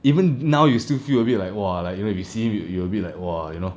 even now you still feel a bit like !wah! like you know receive it you you will be like !wah! you know